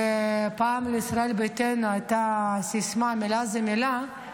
פעם לישראל ביתנו הייתה סיסמה: מילה זו מילה.